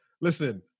listen